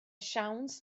siawns